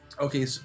Okay